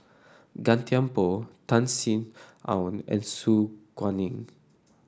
Gan Thiam Poh Tan Sin Aun and Su Guaning